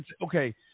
okay